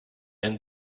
and